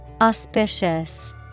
Auspicious